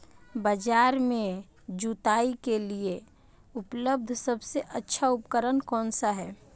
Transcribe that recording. बाजार में जुताई के लिए उपलब्ध सबसे अच्छा उपकरण कौन सा है?